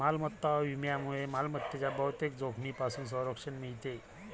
मालमत्ता विम्यामुळे मालमत्तेच्या बहुतेक जोखमींपासून संरक्षण मिळते